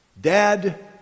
Dad